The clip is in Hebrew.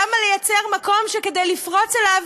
למה ליצור מקום שכדי לפרוץ אליו,